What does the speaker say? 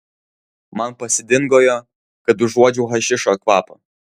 man pasidingojo kad užuodžiau hašišo kvapą